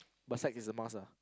but sex is a must ah